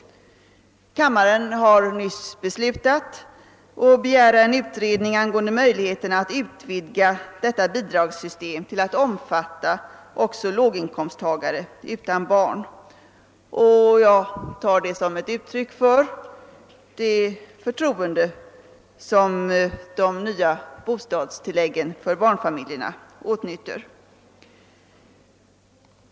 Kammaren har nyss beslutat att begära en utredning om möjligheterna att utvidga detta bidragssystem till att omfatta också låginkomsttagare utan barn. Jag tar detta som ett uttryck för det förtroende som de nya bostadstilläggen för barnfamiljerna åtnjuter.